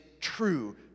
true